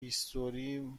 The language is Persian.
هیستوری